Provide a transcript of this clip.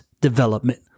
development